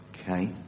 Okay